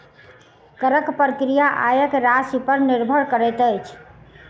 करक प्रक्रिया आयक राशिपर निर्भर करैत अछि